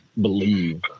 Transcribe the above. believe